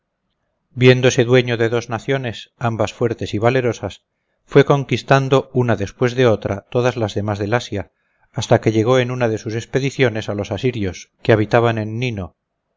imperio viéndose dueño de dos naciones ambas fuertes y valerosas fue conquistando una después de otra todas las demás del asia hasta que llegó en una de sus expediciones a los asirios que habitaban en nino